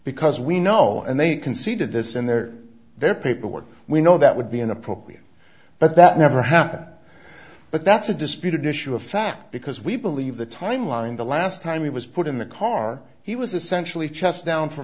because we know and they conceded this in their their paperwork we know that would be inappropriate but that never happened but that's a disputed issue of fact because we believe the time line the last time he was put in the car he was essentially chest down for